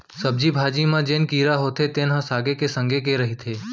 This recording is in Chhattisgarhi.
सब्जी भाजी के म जेन कीरा होथे तेन ह सागे के रंग के रहिथे